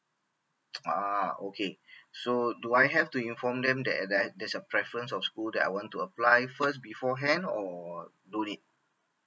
ah okay so do I have to inform them that that there's a preference of school that I want to apply first before hand or don't need